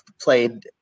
played